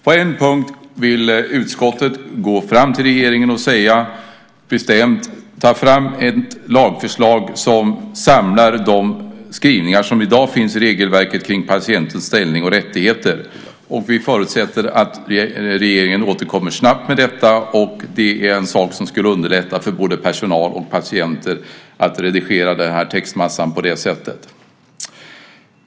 På en punkt vill utskottet gå fram till regeringen och bestämt säga: Ta fram ett lagförslag som samlar de skrivningar som i dag finns i regelverket kring patientens ställning och rättigheter. Vi förutsätter att regeringen återkommer snabbt med detta. Att redigera textmassan på det sättet är något som skulle underlätta för både personal och patienter.